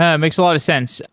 yeah it makes a lot of sense.